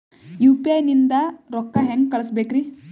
UPI ನಿಂದ ರೊಕ್ಕ ಹೆಂಗ ಕಳಸಬೇಕ್ರಿ?